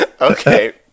Okay